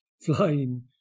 flying